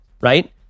right